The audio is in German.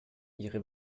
ihre